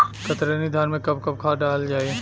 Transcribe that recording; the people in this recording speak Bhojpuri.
कतरनी धान में कब कब खाद दहल जाई?